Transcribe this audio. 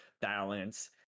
balance